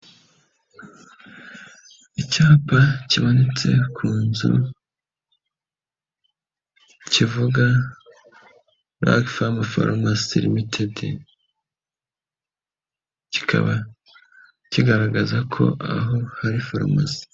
Icyapa kimanitse ku nzu, kivuga Lucky Fam ltd, kikaba kigaragaza ko aho hari farumasi.